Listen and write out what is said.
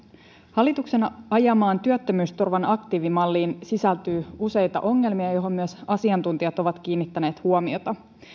hallituksen ajamaan työttömyysturvan aktiivimalliin sisältyy useita ongelmia mihin myös asiantuntijat ovat kiinnittäneet huomiota